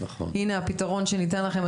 הנה הפתרון שניתן לכם,